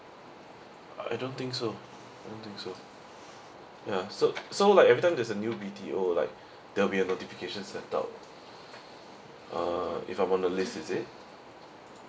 I don't think so don't think so ya so so like every time there's a new B_T_O like there'll be a notifications send out uh if I'm on the list is it